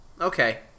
Okay